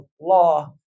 law